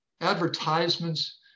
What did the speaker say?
advertisements